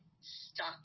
stuck